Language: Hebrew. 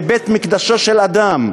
זה בית-מקדשו של אדם.